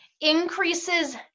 increases